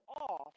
off